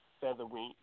featherweight